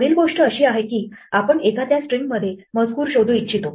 पुढील गोष्ट अशी आहे की आपण एखाद्या स्ट्रिंग मध्ये मजकूर शोधू इच्छितो